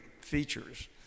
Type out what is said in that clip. features